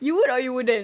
you would or you wouldn't